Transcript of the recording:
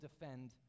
defend